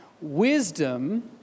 Wisdom